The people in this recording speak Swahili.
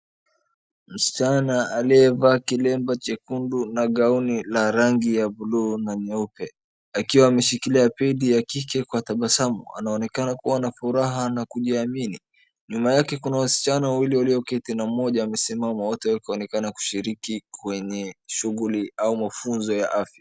Msichana aliyevaa kilemba chekundu na gauni la rangi ya blue na nyeupe akiwa ameshikilia pedi ya kike kwa tabasamu anaonekana kuwa na furaha na kujiamini. Nyuma yake kuna wasichana wawili walioketi na mmoja amesimama wote wakionekana kushiriki kwenye shughuli au mafunzo ya afya.